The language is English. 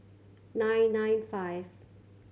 nine nine five